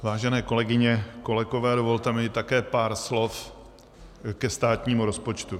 Vážené kolegyně, kolegové, dovolte mi také pár slov ke státnímu rozpočtu.